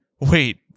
Wait